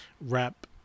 wrap